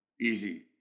easy